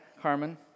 Carmen